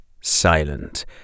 silent